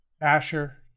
Asher